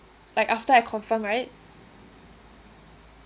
like after I confirm right